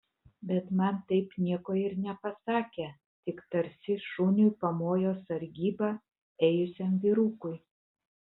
bet man taip nieko ir nepasakė tik tarsi šuniui pamojo sargybą ėjusiam vyrukui